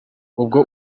ubwo